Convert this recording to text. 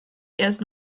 erst